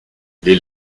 les